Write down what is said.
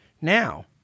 now